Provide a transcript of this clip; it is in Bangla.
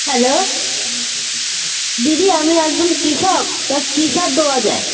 হ্যালো দিদি আমি একজন কৃষক তা কী সার দেওয়া যায়